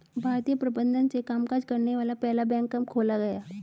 भारतीय प्रबंधन से कामकाज करने वाला पहला बैंक कब खोला गया?